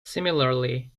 similarly